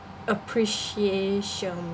appreciation